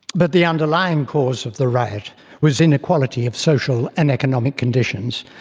but the underlying cause of the riot was inequality of social and economic conditions.